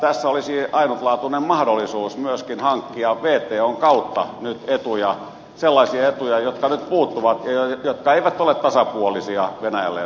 tässä olisi nyt myöskin ainutlaatuinen mahdollisuus hankkia wton kautta etuja sellaisia etuja jotka nyt puuttuvat ja jotka eivät ole tasapuolisia venäjälle ja suomelle